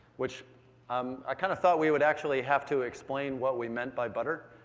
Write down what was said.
which um i kind of thought we would actually have to explain what we meant by butter,